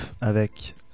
avec